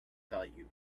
value